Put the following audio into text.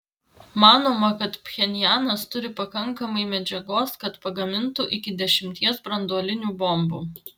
manoma kad pchenjanas turi pakankamai medžiagos kad pagamintų iki dešimties branduolinių bombų